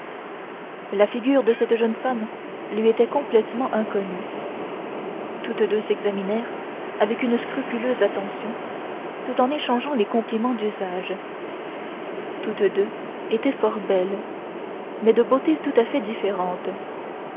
la figure de cette jeune femme lui était complètement inconnue toutes deux s'examinèrent avec une scrupuleuse attention tout en échangeant les compliments d'usage toutes deux étaient fort belles mais de beautés tout à fait différentes